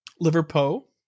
Liverpool